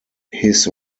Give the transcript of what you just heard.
his